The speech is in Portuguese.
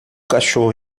cachorro